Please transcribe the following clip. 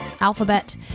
alphabet